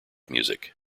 music